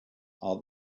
are